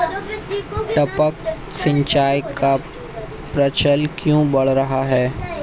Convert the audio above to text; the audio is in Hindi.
टपक सिंचाई का प्रचलन क्यों बढ़ रहा है?